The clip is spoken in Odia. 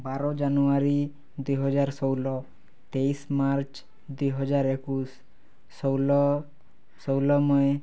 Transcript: ବାର ଜାନୁଆରୀ ଦୁଇ ହଜାର ଷୋହଳ ତେଇଶି ମାର୍ଚ୍ଚ ଦୁଇ ହଜାରଏକୋଇଶି ଷୋହଳ ଷୋହଳ ମେ